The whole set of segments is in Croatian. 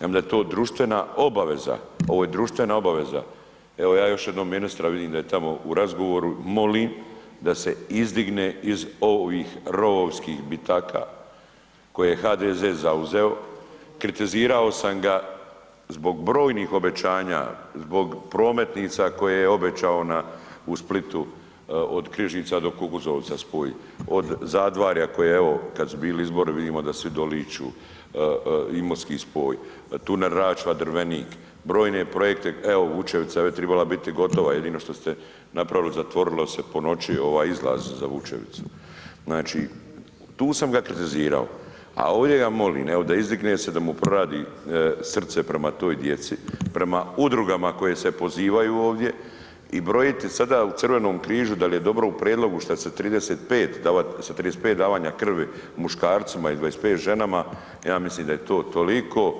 Ja mislim da je ovo društvena obaveza, ovo je društvena obaveza, evo ja još jednom ministra vidim da je tamo u razgovoru, molim da se izdigne iz ovih rovovskih bitaka koje je HDZ zauzeo, kritizirao sam ga zbog brojnih obećanja, zbog prometnica koje je obećao u Splitu od Križica do Kukuzovca spoj, od Zadvarja koje evo kad su bili izbori vidimo da svi doliću, Imotski spoj, tunel Račva-Drvenik, brojne projekte, evo Vučevica ovdje je tribala biti gotova jedino što ste napravili zatvorilo se po noći izlaz za Vučevicu, znači tu sam ga kritizirao, a ovdje ga molim evo da izdigne se, da mu proradi srce prema toj djeci, prema udrugama koje se pozivaju ovdje i brojiti sada u Crvenom križu dal je dobro u prijedlogu šta se sa 35 davanja krvi muškarcima i 25 ženama, ja mislim da je to toliko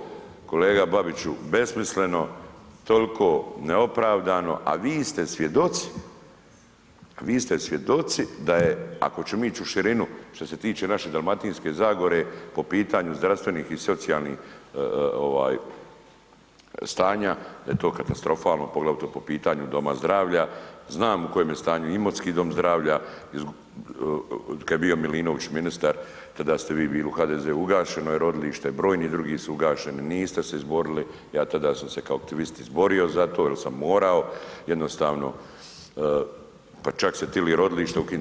kolega Babiću besmisleno, tolko neopravdano, a vi ste svjedoci, vi ste svjedoci da je, ako ćemo ić u širinu što se tiče naše Dalmatinske zagore po pitanju zdravstvenih i socijalnih stanja da je to katastrofalno, poglavito po pitanju doma zdravlja, znam u kojem je stanju Imotski dom zdravlja, kad je bio Milinović tada ste vi bili u HDZ-u, ugašeno je rodilište, brojni drugi su ugašeni, niste se izborili, ja tada sam se kao aktivist izborio za to jel sam morao, jednostavno, pa čak su tili i rodilište ukinit.